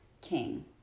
King